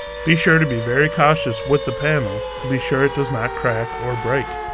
be sure to be very cautious with the panel to be sure it does not crack or break.